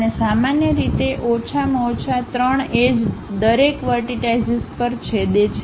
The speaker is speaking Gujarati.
અને સામાન્ય રીતે ઓછામાં ઓછા 3 એજ દરેક વર્ટિટાઈશીસ પર છેદે છે